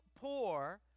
poor